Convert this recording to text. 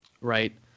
right